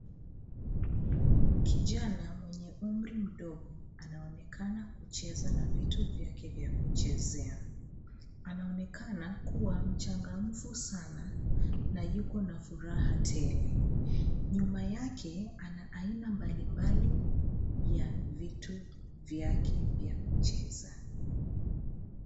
Kijana mwenye umri mudogo anaonekana kucheza na vitu vyake vya kuchezea. Anaonekana kuwa mchangamfu sana na yuko na furaha tele. Nyuma yake anaaina mbalimbali ya vitu vyake vya kucheza.